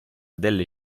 delle